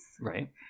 right